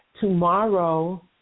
tomorrow